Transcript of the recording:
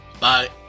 Bye